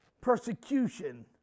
persecution